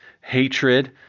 hatred